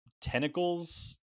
tentacles